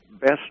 best